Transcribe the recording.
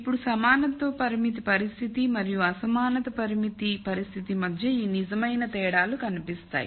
ఇప్పుడు సమానత్వ పరిమితి పరిస్థితి మరియు అసమానత పరిమితి పరిస్థితి మధ్య ఈ నిజమైన తేడాలు కనిపిస్తాయి